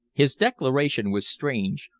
his declaration was strange,